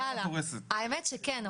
האמת שכן.